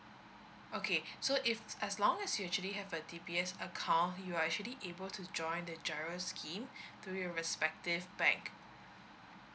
okay so if as long as you actually have a D_B_S account you are actually able to join the general scheme through your respective bank